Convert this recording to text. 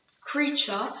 creature